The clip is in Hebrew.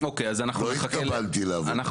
לא התקבלתי לעבודה --- אוקיי,